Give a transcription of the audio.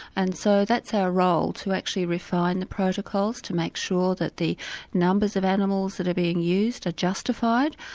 and so that's our role, to actually refine the protocols to make sure that the numbers of animals that are being used are justified,